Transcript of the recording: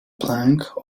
plank